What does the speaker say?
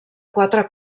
quatre